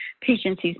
patients